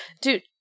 Dude